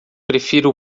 prefiro